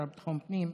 השר לביטחון פנים,